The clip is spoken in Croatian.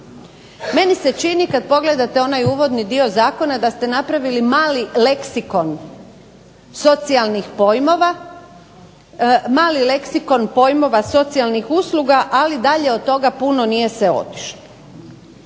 Meni se čini kad pogledate onaj uvodni dio zakona da ste napravili mali leksikon socijalnih pojmova, mali leksikon pojmova socijalnih usluga, ali dalje od toga puno nije se otišlo.